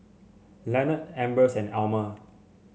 Leonard Ambers and Almer